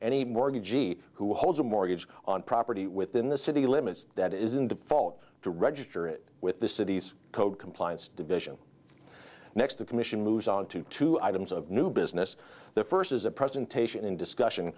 any mortgagee who holds a mortgage on property within the city limits that is in default to register it with the city's code compliance division next the commission moves on to two items of new business the first is a presentation and discussion